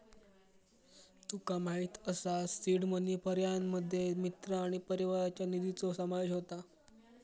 तुका माहित असा seed money पर्यायांमध्ये मित्र आणि परिवाराच्या निधीचो समावेश होता